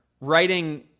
writing